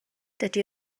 dydy